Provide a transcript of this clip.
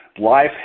Life